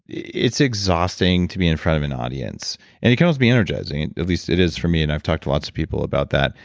it's exhausting to be in front of an audience. and it can also be energizing, at least it is for me, and i've talked to lots of people about that.